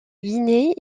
guinée